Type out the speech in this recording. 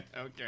Okay